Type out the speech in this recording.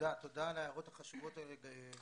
תודה על ההערות החשובות האלה.